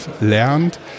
lernt